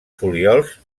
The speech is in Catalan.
folíols